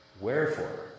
Wherefore